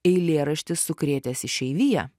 eilėraštis sukrėtęs išeiviją